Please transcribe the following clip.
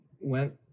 went